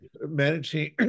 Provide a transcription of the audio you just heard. Managing